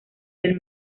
del